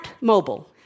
mobile